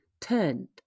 turned